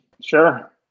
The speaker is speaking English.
Sure